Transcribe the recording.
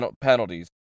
penalties